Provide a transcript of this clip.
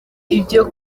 ibyo